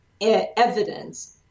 evidence